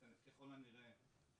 ככל הנראה,